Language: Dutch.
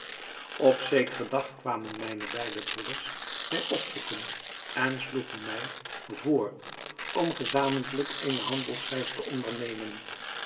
op zekeren dag kwamen mijne beide broeders mij opzoeken en sloegen mij voor om gezamentlijk eene handelsreis te ondernemen